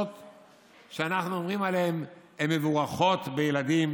שאנחנו אומרים עליהן שהן מבורכות בילדים